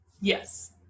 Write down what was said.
yes